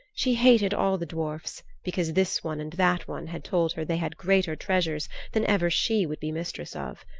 she hated all the dwarfs because this one and that one had told her they had greater treasures than ever she would be mistress of.